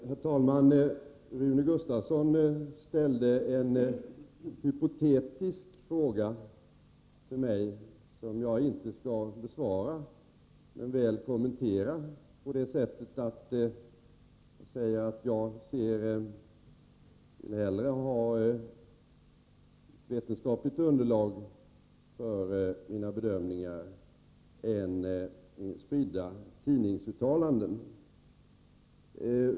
Herr talman! Rune Gustavsson ställde en hypotetisk fråga till mig som jag inte skall besvara men väl kommentera genom att säga att jag hellre vill ha vetenskapligt underlag för mina bedömningar än spridda tidningsuttalanden.